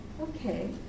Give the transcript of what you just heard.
Okay